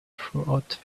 throughout